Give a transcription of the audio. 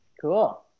Cool